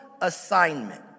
assignment